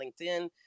linkedin